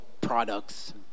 products